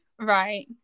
Right